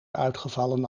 uitgevallen